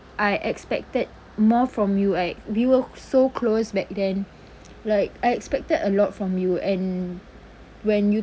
I expected more from you I we were so close back then like I expected a lot from you and when you